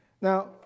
Now